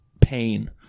pain